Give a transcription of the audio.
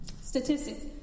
statistics